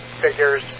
Figures